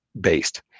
based